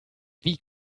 wie